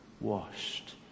washed